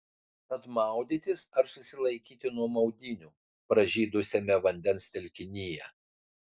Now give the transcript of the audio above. tad maudytis ar susilaikyti nuo maudynių pražydusiame vandens telkinyje